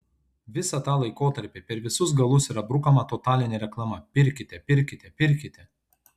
visą tą laikotarpį per visus galus yra brukama totalinė reklama pirkite pirkite pirkite